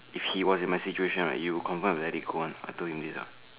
if he was in my situation right you confirm will let it go one I told him this ah